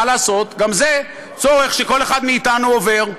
מה לעשות, גם זה צורך שכל אחד מאתנו עובר.